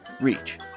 reach